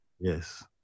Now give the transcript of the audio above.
yes